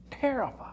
terrified